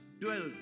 dwelt